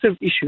issue